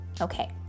Okay